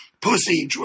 pussy